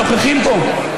הנוכחים פה,